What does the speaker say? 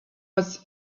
was